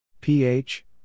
Ph